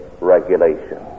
regulation